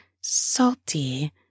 salty